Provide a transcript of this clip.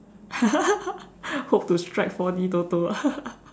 hope to strike four-D Toto ah